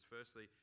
Firstly